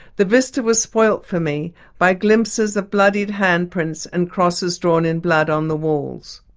the vista was spoilt for me by glimpses of bloodied handprints and crosses drawn in blood on the walls.